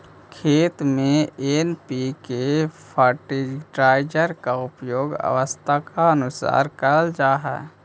खेती में NPK fertiliser का उपयोग आवश्यकतानुसार करल जा हई